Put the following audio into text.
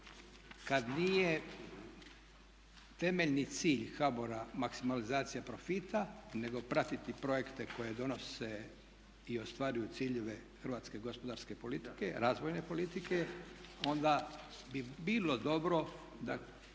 kad nije temeljni cilj HBOR-a maksimalizacija profita, nego pratiti projekte koje donose i ostvaruju ciljeve hrvatske gospodarske politike, razvojne politike onda bi bilo dobro da